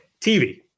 TV